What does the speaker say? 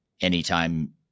anytime